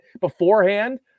beforehand